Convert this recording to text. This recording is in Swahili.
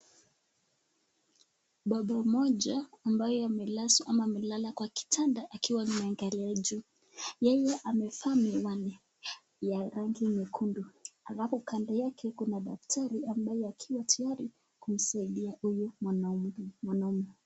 Baba mmoja ambage amelala kwa kitanda akiwa ameangalia juu, yeye amevaa miwani ya rangi nyekundu, alafu kando yake kuna daktari akiwa tayari kumsaidia huyu mwanaume.